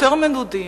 יותר מנודים,